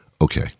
Okay